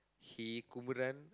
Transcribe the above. he kumbuduraan